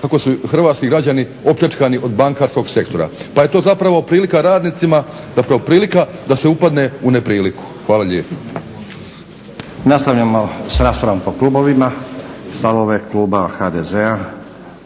kako su hrvatski građani opljačkani od bankarskog sektora, pa je to zapravo prilika radnicima, zapravo prilika da se upadne u nepriliku. Hvala lijepo. **Stazić, Nenad (SDP)** Nastavljamo sa raspravom po klubovima. Stavove kluba HDZ-a